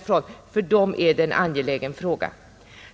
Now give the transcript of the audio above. För institutet är det en angelägen fråga.